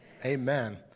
Amen